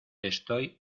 estoy